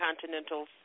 continental